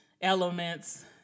elements